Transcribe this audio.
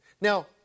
now